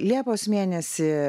liepos mėnesį